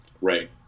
Right